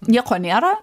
nieko nėra